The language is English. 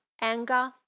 anger